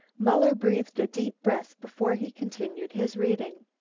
muller breathed a deep breath before he continued his reading.